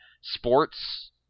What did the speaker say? Sports